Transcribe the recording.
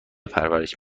پرورش